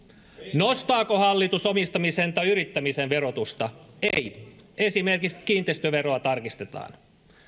nostaako hallitus omistamisen tai yrittämisen verotusta ei esimerkiksi kiinteistöveroa tarkistetaan